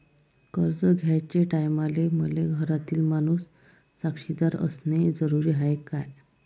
कर्ज घ्याचे टायमाले मले घरातील माणूस साक्षीदार असणे जरुरी हाय का?